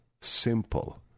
simple